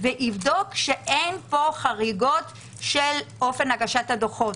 ויבדוק שאין כאן חריגות של אופן הגשת הדוחות.